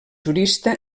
jurista